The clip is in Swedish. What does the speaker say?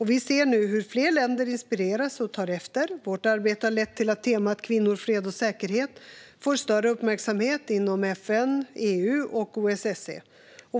Vi ser nu hur fler länder inspireras och tar efter. Vårt arbete har lett till att temat kvinnor, fred och säkerhet får större uppmärksamhet inom FN, EU och OSSE.